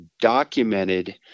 documented